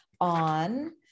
on